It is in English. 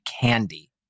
candy